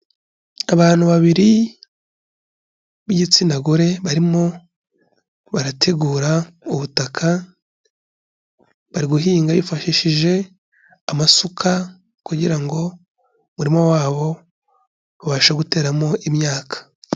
Abantu babiri b'igitsina gore barimo barategura ubutaka, bari guhinga bifashishije amasuka kugira ngo umurima wabo babashe guteramo imyaka.